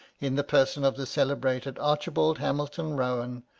in the person of the celebrated archibald hamilton rowan,